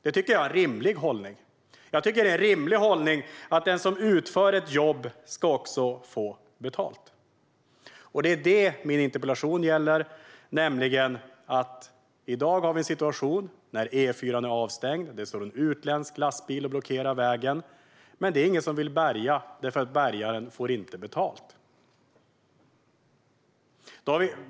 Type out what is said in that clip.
Det tycker jag är en rimlig hållning. Jag tycker att det är en rimlig hållning att den som utför ett jobb också ska få betalt. Det är detta som min interpellation gäller. I dag kan vi nämligen ha en sådan här situation: E4:an är avstängd. Det står en utländsk lastbil och blockerar vägen, men det är ingen som vill bärga eftersom bärgaren inte får betalt.